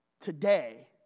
today